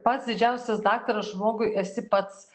pats didžiausias daktaras žmogui esi pats